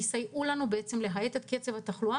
יסייעו לנו להאט את קצב התחלואה.